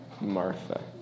Martha